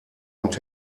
und